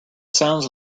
sounds